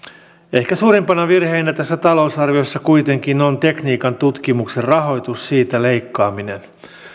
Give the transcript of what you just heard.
ehkä suurimpana virheenä tässä talousarviossa kuitenkin on tekniikan tutkimuksen rahoitus siitä leikkaaminen